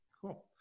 Cool